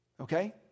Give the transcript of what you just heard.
Okay